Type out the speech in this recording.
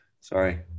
sorry